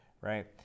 right